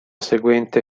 seguente